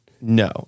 No